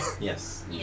Yes